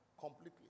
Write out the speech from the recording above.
completely